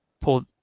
pull